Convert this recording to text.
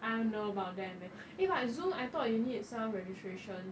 I don't know about that man eh but zoom I thought you need some registration